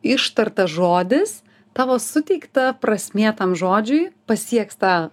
ištartas žodis tavo suteikta prasmė tam žodžiui pasieks tą